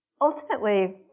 Ultimately